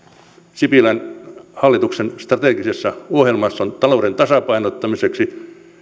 sipilän hallituksen strategisessa ohjelmassa on talouden tasapainottamiseksi